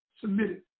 submitted